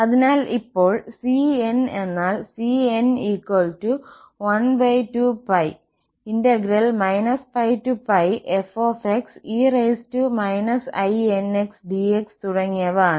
അതിനാൽ ഇപ്പോൾ cn എന്നാൽ cn 12π πfxe inxdx തുടങ്ങിയവ ആണ്